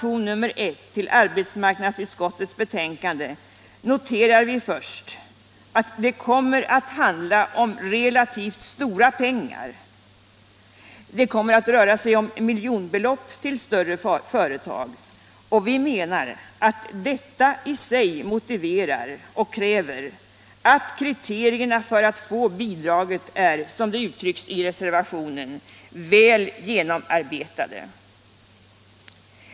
I reservationen 1 vid arbetsmarknadsutskottets betänkande noterar vi först att det kommer att handla om relativt stora pengar — det kommer att röra sig om miljonbelopp till större företag. Vi menar att detta i sig motiverar att kriterierna för att få bidragen är, som det uttrycks i reservationen, väl genomarbetade.